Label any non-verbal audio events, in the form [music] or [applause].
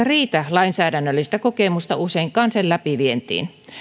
[unintelligible] riitä lainsäädännöllistä kokemusta sen läpivientiin